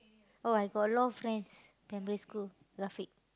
oh I got a lot of friends primary school Rafiq